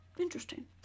Interesting